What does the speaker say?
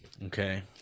Okay